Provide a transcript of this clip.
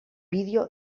vídeo